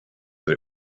that